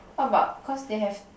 what about cause they have